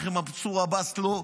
מנסור עבאס אמר לכם לא.